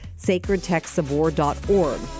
sacredtextsofwar.org